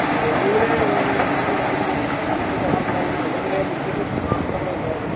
ആ ഒന്നുകിൽ പിന്നെ കിണർ ഉണ്ടായിരിക്കണം നല്ല കിണർ ഉണ്ടായിരിക്കണം അല്ലെങ്കിൽ മുൻസിപ്പൽ വാട്ടർ സപ്ലൈ ഉണ്ടായിരിക്കണം